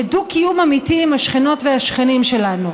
לדו-קיום אמיתי עם השכנות והשכנים שלנו.